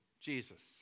Jesus